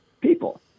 people